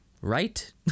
Right